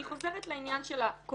אני חוזרת לעניין של הקוהרנטיות,